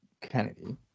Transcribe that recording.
Kennedy